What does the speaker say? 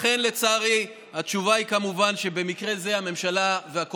כמו שהיא עשתה עד עכשיו.